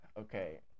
Okay